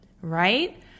Right